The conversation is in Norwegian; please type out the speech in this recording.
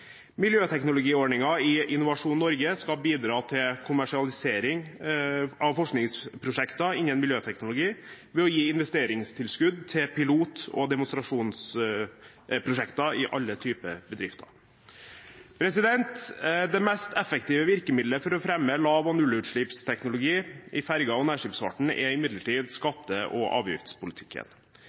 i Innovasjon Norge skal bidra til kommersialisering av forskningsprosjekter innen miljøteknologi ved å gi investeringstilskudd til pilot- og demonstrasjonsprosjekter i alle typer bedrifter. Det mest effektive virkemiddelet for å fremme lav- og nullutslippsteknologi i ferge- og nærskipsfarten er imidlertid skatte- og avgiftspolitikken.